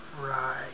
Right